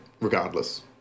regardless